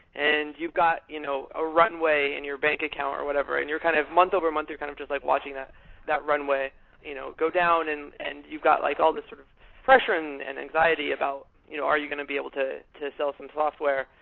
and you've got you know a runway in your bank account, or whatever, and you're kind of month over month, you're kind of just like watching that that runway you know go down and and you've got like all these sort of pressure and and anxiety about you know are you going to be able to to sell some software?